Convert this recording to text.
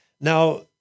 Now